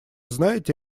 знаете